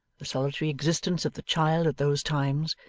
the solitary existence of the child at those times,